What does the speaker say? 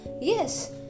Yes